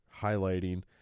highlighting